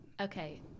Okay